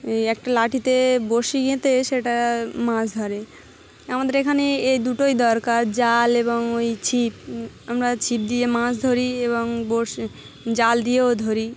এই একটা লাঠিতে বড়শিতে গেথে সেটা মাছ ধরে আমাদের এখানে এই দুটোই দরকার জাল এবং ওই ছিপ আমরা ছিপ দিয়ে মাছ ধরি এবং বস জাল দিয়েও ধরি